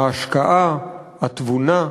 ההשקעה, התבונה,